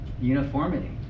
uniformity